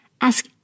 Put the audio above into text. Ask